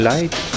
Light